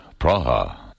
Praha